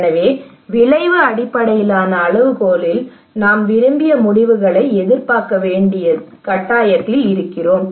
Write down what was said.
எனவே விளைவு அடிப்படையிலான அளவுகோலில் நாம் விரும்பிய முடிவுகளை எதிர்பார்க்க வேண்டிய கட்டாயத்தில் இருக்கிறோம்